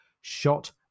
shot